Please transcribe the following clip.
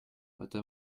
votre